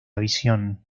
visión